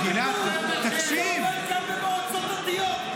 זה עובד גם במועצות דתיות.